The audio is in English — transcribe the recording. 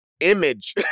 image